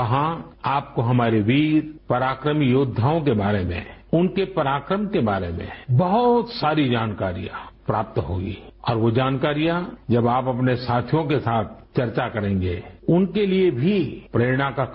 वहां आपको हमारे वीर पराक्रमी योद्वाओं के बारे में उनके पराक्रम के बारे में बहुत सारी जानकारियां प्राप्त होगी और वो जानकारियां जब आप अपने साथियों के साथ चर्चा करेंगे उनके लिए भी प्रेरणा का कारण बनेगी